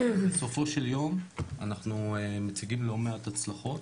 בסופו של יום אנחנו מציגים לא מעט הצלחות